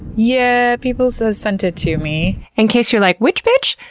yeah, people so sent it to me. in case you're like, which bitch?